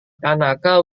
tanaka